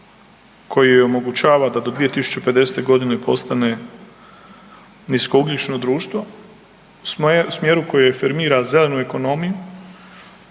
koji joj omogućava da do 2050.g. postane niskougljično društvo, smjeru koji je …/Govornik se ne razumije/…